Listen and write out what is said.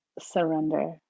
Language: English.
surrender